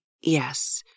yes